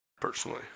personally